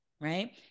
right